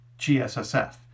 GSSF